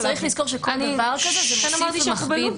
צריך לזכור שכל דבר כזה זה מוסיף ומכביד.